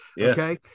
Okay